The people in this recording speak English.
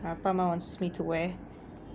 அப்பா amma amma wants me to wear